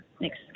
next